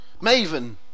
Maven